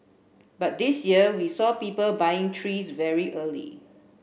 but this year we saw people buying trees very early